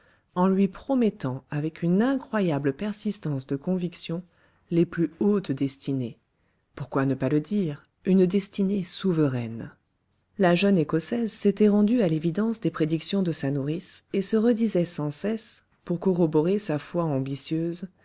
en lui promettant avec une incroyable persistance de conviction les plus hautes destinées pourquoi ne pas le dire une destinée souveraine la jeune écossaise s'était rendue à l'évidence des prédictions de sa nourrice et se redisait sans cesse pour corroborer sa foi ambitieuse